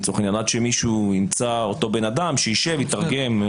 עד שמישהו ימצא את אותו אדם שישב ויתרגם.